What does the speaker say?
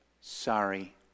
sorry